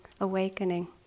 awakening